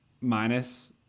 minus